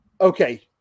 Okay